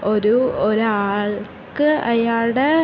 ഒരു ഒരാൾക്ക് അയാളുടെ